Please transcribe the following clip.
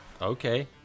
Okay